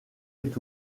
est